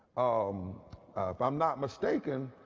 um if i'm not mistaken,